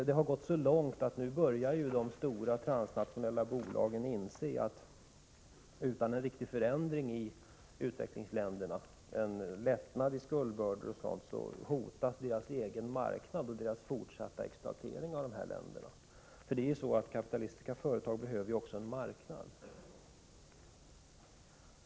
Det har gått så långt att de stora transnationella bolagen nu börjar inse att utan en riktig förändring i utvecklingsländerna, en lättnad i skuldbördor och annat, hotas deras egen marknad och deras fortsatta exploatering av dessa länder. Kapitalistiska företag behöver ju också en marknad.